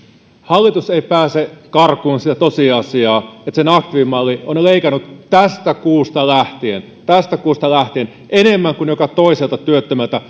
hallitus ei pääse karkuun sitä tosiasiaa että sen aktiivimalli on leikannut tästä kuusta lähtien tästä kuusta lähtien enemmän kuin joka toiselta työttömältä